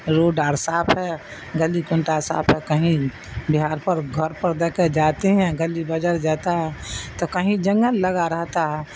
road آر صاف ہے گلی کنٹا صاف ہے کہیں بہار پر گھر پر دے کے جاتے ہیں گلی بازار جاتا ہے تو کہیں جنگل لگا رہتا ہے